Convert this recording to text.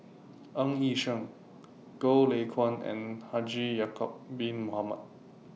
Ng Yi Sheng Goh Lay Kuan and Haji Ya'Acob Bin Mohamed